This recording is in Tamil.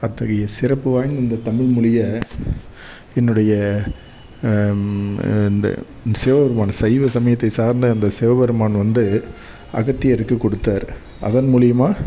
அத்தகைய சிறப்பு வாய்ந்த இந்த தமிழ் மொழிய என்னுடைய இந்த இந்த சிவபெருமான் சைவ சமயத்தை சார்ந்த அந்த சிவபெருமான் வந்து அகத்தியருக்கு கொடுத்தார் அதன் மூலிமா